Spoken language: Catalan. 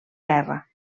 guerra